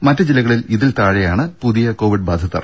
മറ്റു ജില്ലകളിൽ ഇതിൽ താഴെയാണ് പുതിയ കോവിഡ് ബാധിതർ